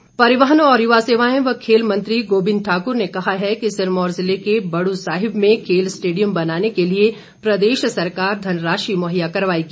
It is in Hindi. गोविंद ठाकुर परिवहन और यवा सेवाएं व खेलमंत्री गोविंद ठाकर ने कहा है कि सिरमौर जिले के बड़ साहिब खेल स्टेडियम बनाने के लिए प्रदेश सरकार धनराशि मुहैया करवाएगी